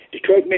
Detroit